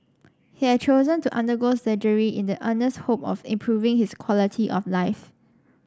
he had chosen to undergo surgery in the earnest hope of improving his quality of life